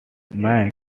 make